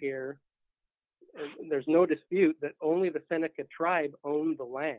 here there's no dispute that only the seneca tribe owns the land